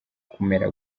kumera